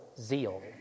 zeal